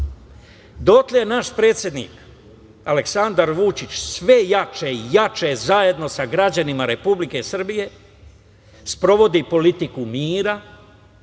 dotle naš predsednik Aleksandar Vučić sve jače i jače, zajedno sa građanima Republike Srbije, sprovodi politiku mira,